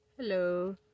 Hello